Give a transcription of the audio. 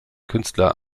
künstler